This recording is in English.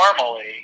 normally